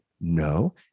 no